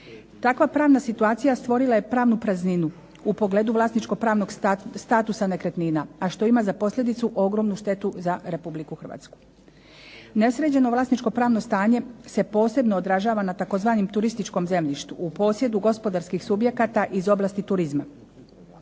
Takva pravna situacija stvorila je pravnu prazninu, u pogledu vlasničkopravnog statusa nekretnina, a što ima za posljedicu ogromnu štetu za Republiku Hrvatsku. Nesređeno vlasničkopravno stanje se posebno odražava na tzv. turističkom zemljištu, u posjedu gospodarskih subjekata iz oblasti turizma.